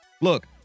Look